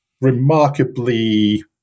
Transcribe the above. remarkably